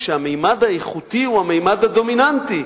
אבל ניקוד כאשר הממד האיכותי הוא הממד הדומיננטי.